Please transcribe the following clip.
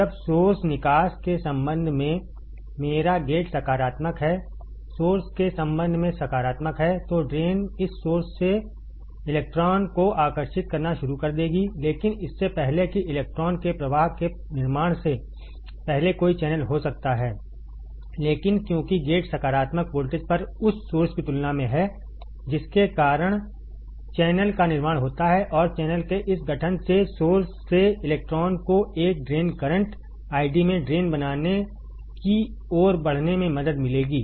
जब सोर्स निकास के संबंध में मेरा गेट सकारात्मक है सोर्स के संबंध में सकारात्मक है तो ड्रेन इस सोर्स से इलेक्ट्रॉन को आकर्षित करना शुरू कर देगी लेकिन इससे पहले कि इलेक्ट्रॉन के प्रवाह के निर्माण से पहले कोई चैनल हो सकता है लेकिन क्योंकि गेट सकारात्मक वोल्टेज पर उस सोर्स की तुलना में है जिसके कारण चैनल का निर्माण होता है और चैनल के इस गठन से सोर्स से इलेक्ट्रॉन को एक ड्रेन करंट आईडी में ड्रेन बनाने की ओर बढ़ने में मदद मिलेगी